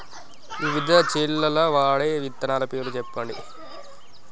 వివిధ చేలల్ల వాడే విత్తనాల పేర్లు చెప్పండి?